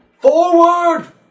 Forward